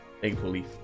thankfully